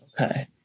Okay